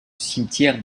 cimetière